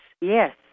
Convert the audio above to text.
Yes